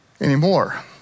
anymore